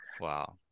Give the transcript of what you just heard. Wow